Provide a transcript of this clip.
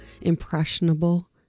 impressionable